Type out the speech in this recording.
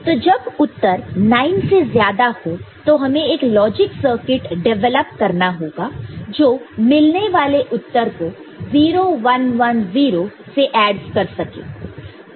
तो जब उत्तर 9 से ज्यादा हो तो हमें एक लॉजिक सर्किट डिवेलप करना होगा जो मिलने वाले उत्तर को 0 1 1 0 से ऐड कर सके